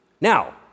Now